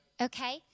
Okay